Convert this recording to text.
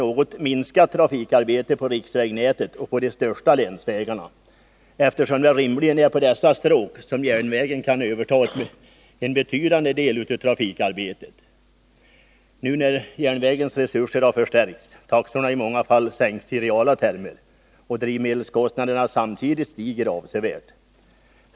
något minskat trafikarbete på riksvägnätet och på de största länsvägarna, eftersom det rimligen är på dessa stråk som järnvägen kan överta en betydande del av trafikarbetet, nu när järnvägens resurser förstärks, taxorna i många fall sänks i reala termer och drivmedelskostnaderna samtidigt stiger avsevärt.